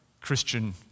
Christian